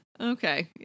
Okay